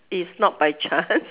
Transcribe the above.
is not by chance